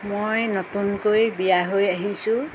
মই নতুনকৈ বিয়া হৈ আহিছোঁ